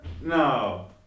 No